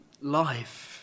life